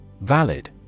Valid